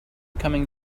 coming